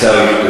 עיסאווי,